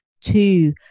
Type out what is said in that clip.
two